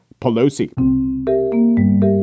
Pelosi